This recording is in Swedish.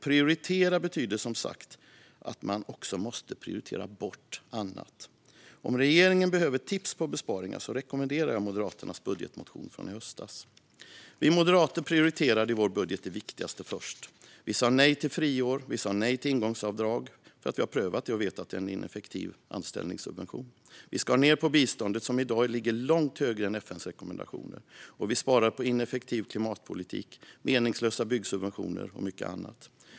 Prioritera betyder som bekant att man också måste prioritera bort annat. Om regeringen behöver tips på besparingar rekommenderar jag Moderaternas budgetmotion från i höstas. Vi prioriterade i vår budget det viktigaste först. Vi sa nej till friår och nej till ingångsavdrag. Det har nämligen prövats, och vi vet att det är en ineffektiv anställningssubvention. Vi skar ned på biståndet, som i dag ligger långt högre än FN:s rekommendationer. Och vi sparade på ineffektiv klimatpolitik, meningslösa byggsubventioner och mycket annat.